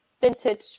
vintage